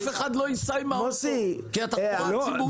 אף אחד לא ייסע עם האוטו כי התחבורה הציבורית טובה.